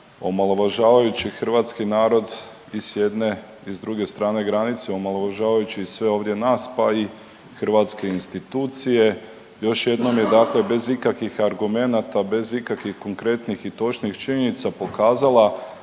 omalovažavajući hrvatski narod i s jedne i s druge strane granice, omalovažavajući i sve ovdje nas, pa i hrvatske institucije još jednom je dakle bez ikakvih argumenata, bez ikakvih konkretnih i točnih činjenica pokazala